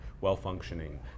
well-functioning